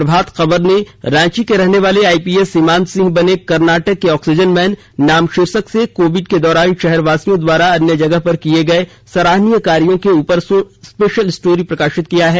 प्रभात खबर ने रांची के रहनेवाले आईपीएस सीमांत सिंह बने कर्नाटक के ऑक्सीजन मैन नाम शीर्षक से कोविड के दौरान शहरवासियों द्वारा अन्य जगह पर किये गये सराहनीय कार्यों के ऊपर स्पेशल स्टोरी प्रकाशित किया है